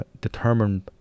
determined